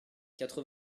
quatre